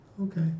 Okay